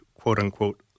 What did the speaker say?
quote-unquote